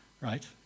right